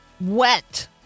wet